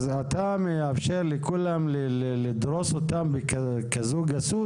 אז, אתה מאפשר לכולם לדרוס אותם בכזו גסות?